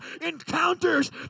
encounters